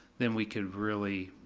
then we could really, you